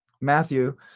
Matthew